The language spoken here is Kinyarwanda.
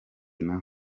nawe